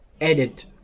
edit